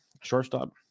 shortstop